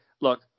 look